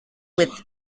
with